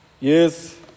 Yes